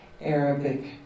Arabic